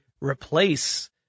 replace